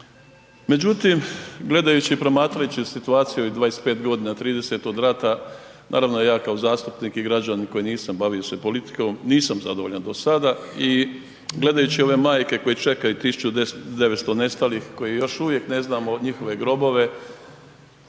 međutim gledajući i promatrajući situaciju u 25 g., 30 od rata, naravno ja kao zastupnik i građanin koji nisam bavio se politikom, nisam zadovoljan do sada i gledajući ove majke koje čekaju 1900 nestalih koje još uvijek ne znam njihove grobove,